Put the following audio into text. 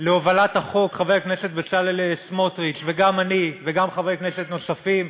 להובלת החוק חבר הכנסת בצלאל סמוטריץ וגם אני וגם חברי כנסת נוספים,